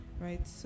right